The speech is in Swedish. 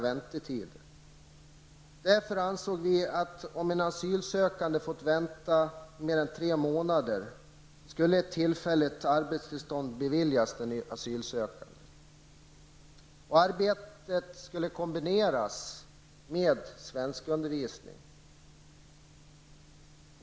Vi anser därför att om en asylsökande har fått vänta mer än tre månader så skall tillfälligt arbetstillstånd beviljas en asylsökande. Arbetet skall då kombineras med svenskundervisning.